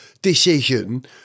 Decision